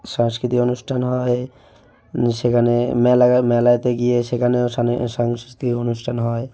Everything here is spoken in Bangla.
সাংস্কৃতিক অনুষ্ঠান হয় সেখানে মেলা মেলাতে গিয়ে সেখানেও সাংস্কৃতিক অনুষ্ঠান হয়